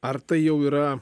ar tai jau yra